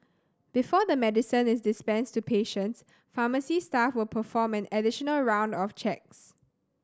before the medicine is dispensed to patients pharmacy staff will perform an additional round of checks